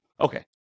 okay